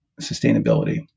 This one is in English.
sustainability